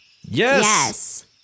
Yes